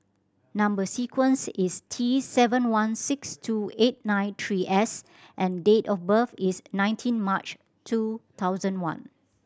number sequence is T seven one six two eight nine three S and date of birth is nineteen March two thousand one